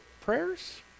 prayers